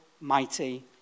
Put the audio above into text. mighty